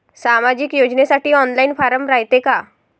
सामाजिक योजनेसाठी online form रायते का?